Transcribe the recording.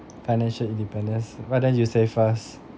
financial independence why don't you save us